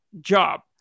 job